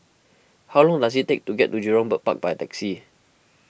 how long does it take to get to Jurong Bird Park by taxi